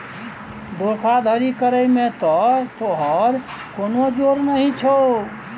धोखाधड़ी करय मे त तोहर कोनो जोर नहि छौ